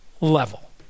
level